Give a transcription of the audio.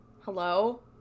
hello